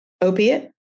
opiate